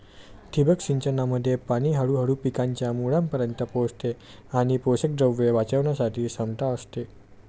ठिबक सिंचनामध्ये पाणी हळूहळू पिकांच्या मुळांपर्यंत पोहोचते आणि पोषकद्रव्ये वाचवण्याची क्षमता असते